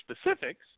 specifics